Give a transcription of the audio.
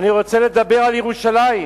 אני רוצה לדבר על ירושלים,